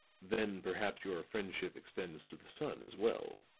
then perhaps your friendship extends to the son as well.